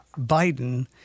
Biden –